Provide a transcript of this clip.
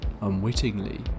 unwittingly